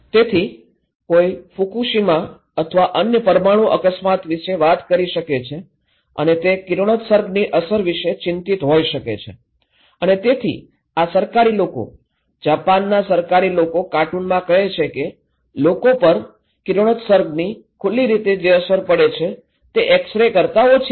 તેથી કોઈ ફુકુશીમા અથવા અન્ય પરમાણુ અકસ્માત વિશે વાત કરી શકે છે અને તે કિરણોત્સર્ગની અસર વિશે ચિંતિત હોઈ શકે છે અને તેથી આ સરકારી લોકોજાપાનના સરકારી લોકો કાર્ટૂનમાં કહે છે કે લોકો પર કિરણોત્સર્ગની ખુલ્લી રીતે જે અસર પડે છે તે એક્સ રે કરતા ઓછી છે